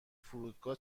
فرودگاه